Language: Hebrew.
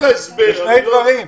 זה שני דברים.